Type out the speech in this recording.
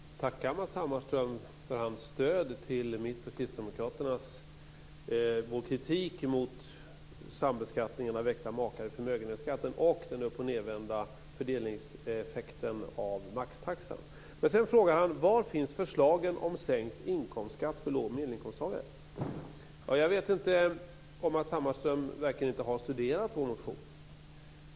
Herr talman! Först vill jag tacka Matz Hammarström för hans stöd när det gäller min och Kristdemokraternas kritik mot sambeskattningen av äkta makar i förmögenhetsbeskattningen och den uppochnedvända fördelningseffekten av maxtaxan. Sedan frågar han var förslagen om sänkt inkomstskatt för låg och medelinkomsttagare finns. Jag vet inte om Matz Hammarström verkligen har studerat vår motion.